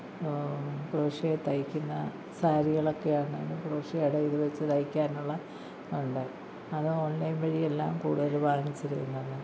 crochet തയ്ക്കുന്ന സാരികളൊക്കെ ആണെങ്കിലും ക്രോഷേയുടെ ഇത് വെച്ച് തയ്ക്കാനുള്ള ഉണ്ട് അത് ഓൺലൈൻ വഴിയെല്ലാം കൂടുതൽ വാങ്ങിച്ചു വരുന്നതാണ്